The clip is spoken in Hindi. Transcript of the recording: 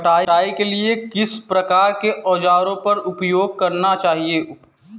कटाई के लिए किस प्रकार के औज़ारों का उपयोग करना चाहिए?